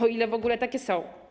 O ile w ogóle takie są.